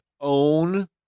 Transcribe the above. own